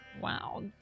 Wow